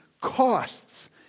costs